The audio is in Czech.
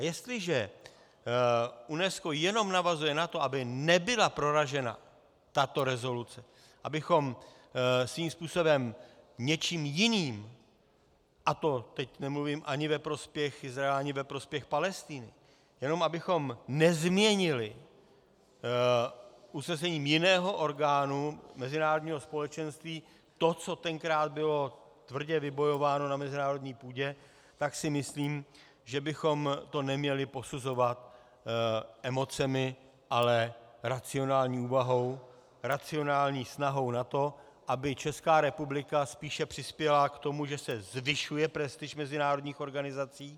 A jestliže UNESCO jenom navazuje na to, aby nebyla proražena tato rezoluce, abychom svým způsobem něčím jiným, a to teď nemluvím ani ve prospěch Izraele, ani ve prospěch Palestiny, jenom abychom nezměnili usnesením jiného orgánu mezinárodního společenství to, co tenkrát bylo tvrdě vybojováno na mezinárodní půdě, tak si myslím, že bychom to neměli posuzovat emocemi, ale racionální úvahou, racionální snahou na to, aby Česká republika spíše přispěla k tomu, že se zvyšuje prestiž mezinárodních organizací.